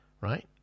right